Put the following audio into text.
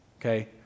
okay